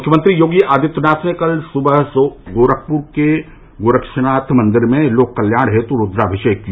मुख्यमंत्री योगी आदित्यनाथ ने कल सुबह गोरखपुर में गोरक्षनाथ मंदिर में लोक कल्याण हेतु रूद्राभिषेक किया